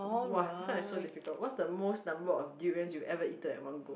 !wah! this one is so difficult what's the most number of durians you ever eaten at one go